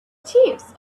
chiefs